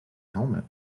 helmet